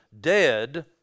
dead